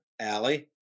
Allie